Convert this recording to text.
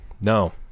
No